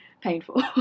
painful